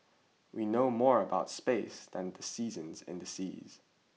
we know more about space than the seasons and the seas